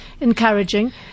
encouraging